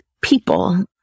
people